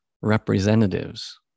representatives